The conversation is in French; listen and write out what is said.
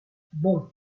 bon